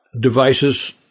devices